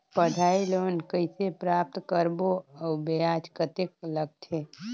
पढ़ाई लोन कइसे प्राप्त करबो अउ ब्याज कतेक लगथे?